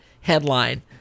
headline